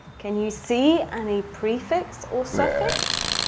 can you see any prefix or suffix?